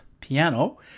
piano